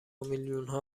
میلیونها